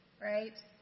right